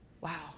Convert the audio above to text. wow